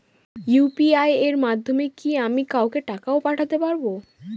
UPI এর মাধ্যমে কি আমি কাউকে টাকা ও পাঠাতে পারবো?